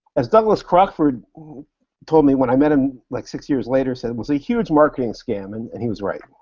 as douglas crockford told me when i met him like six years later said, was a huge marketing scam, and and he was right.